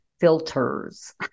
filters